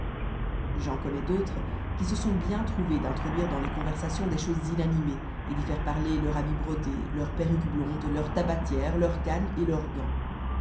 j'en connais d'autres qui se sont bien trouvés d'introduire dans les conversations des choses inanimées et d'y faire parler leur habit brodé leur perruque blonde leur tabatière leur canne et leurs gants